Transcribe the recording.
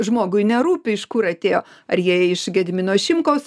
žmogui nerūpi iš kur atėjo ar jie iš gedimino šimkaus